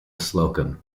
slocum